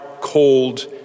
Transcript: cold